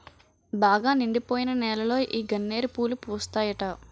బాగా నిండిపోయిన నేలలో ఈ గన్నేరు పూలు పూస్తాయట